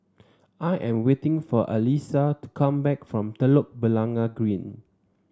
I am waiting for Alissa to come back from Telok Blangah Green